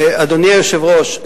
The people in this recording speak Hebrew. אדוני היושב-ראש,